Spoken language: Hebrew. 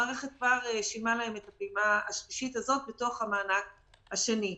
המערכת כבר שילמה להם את הפעימה השלישית הזאת בתוך המענק השני.